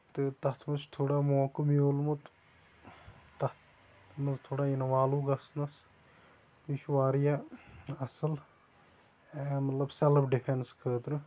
تہٕ تَتھ منٛز چھُ تھوڑا موقعہٕ میوٗلمُت تَتھ منٛز تھوڑا اِنوالو گژھنس یہِ چھُ واریاہ اَصٕل اَمیُک سیلٕف ڈِفینس خٲطرٕ